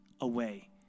away